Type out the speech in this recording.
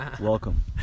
Welcome